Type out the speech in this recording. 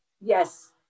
yes